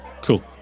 Cool